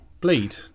bleed